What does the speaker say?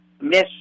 Miss